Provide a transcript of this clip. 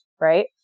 right